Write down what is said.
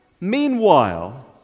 Meanwhile